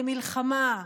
למלחמה,